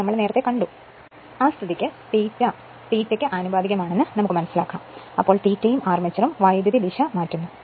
അങ്ങനെയെങ്കിൽ ∅ ∅യ്ക്ക് ആനുപാതികമാണ് അതിനാൽ ∅ യും അർമേച്ചറും കറന്റ് ദിശ മാറ്റുന്നു